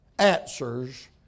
Answers